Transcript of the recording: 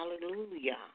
Hallelujah